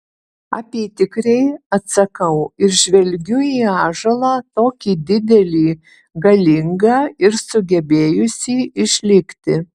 apytikriai atsakau ir žvelgiu į ąžuolą tokį didelį galingą ir sugebėjusį išlikti